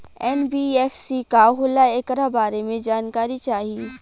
NBFC का होला ऐकरा बारे मे जानकारी चाही?